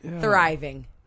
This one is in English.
Thriving